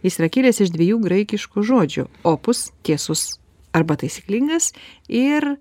jis yra kilęs iš dviejų graikiškų žodžių opus tiesus arba taisyklingas ir